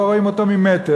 לא רואים אותו ממטר,